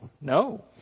No